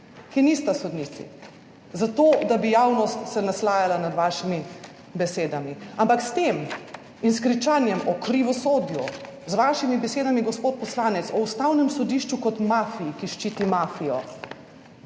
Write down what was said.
ki nista sodnici, zato, da bi javnost se naslajala nad vašimi besedami. Ampak s tem in s kričanjem o krivosodju, z vašimi besedami, gospod poslanec, o Ustavnem sodišču kot mafiji, ki ščiti mafijo